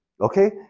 Okay